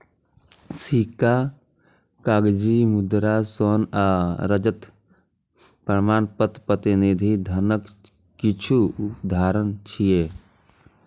सिक्का, कागजी मुद्रा, स्वर्ण आ रजत प्रमाणपत्र प्रतिनिधि धनक किछु उदाहरण छियै